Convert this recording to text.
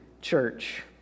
church